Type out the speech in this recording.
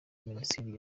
minisiteri